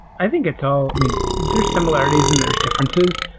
i think it's all there are similarities and there are differences.